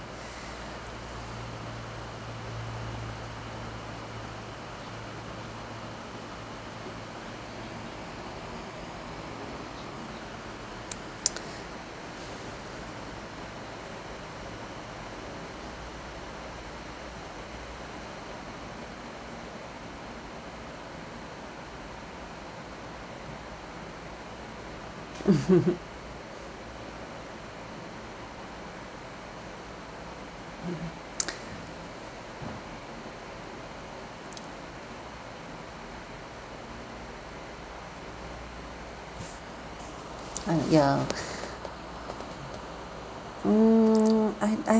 uh ya mm I I